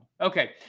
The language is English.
Okay